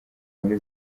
muri